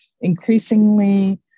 increasingly